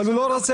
אבל הוא לא רוצה,